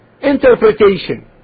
interpretation